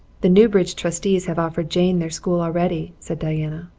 the newbridge trustees have offered jane their school already, said diana.